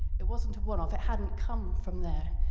it wasn't a one-of, it hadn't come from there,